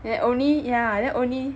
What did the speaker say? and only yeah then only